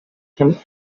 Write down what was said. him